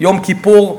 יום כיפור,